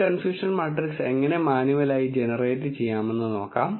ഈ confusion matrix എങ്ങനെ മാനുവലായി ജനറേറ്റ് ചെയ്യാമെന്ന് നോക്കാം